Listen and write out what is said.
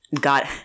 got